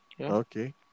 Okay